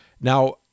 Now